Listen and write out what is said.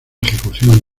ejecución